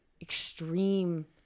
extreme